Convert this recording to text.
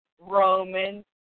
Roman